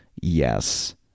yes